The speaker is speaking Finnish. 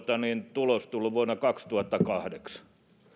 tulos tullut vuonna kaksituhattakahdeksan